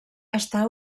està